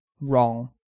wrong